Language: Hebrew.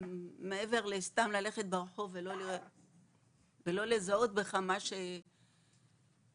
מעבר לסתם ללכת ברחוב ולא לזהות בנו את מה שאנחנו עוברים.